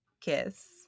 kiss